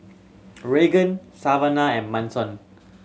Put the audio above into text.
Raegan Savana and Manson